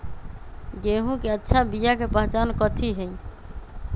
गेंहू के अच्छा बिया के पहचान कथि हई?